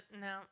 No